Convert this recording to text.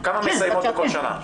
כמה מסיימות בכל שנה?